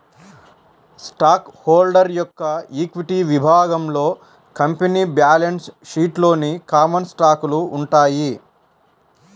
stock holder యొక్క equity విభాగంలో company balance షీట్లోని కామన్ స్టాకులు ఉంటాయి